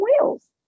Wheels